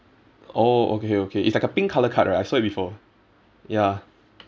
oh okay okay it's like a pink colour card right I saw it before ya